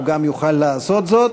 הוא יוכל לעשות זאת.